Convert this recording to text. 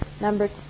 Number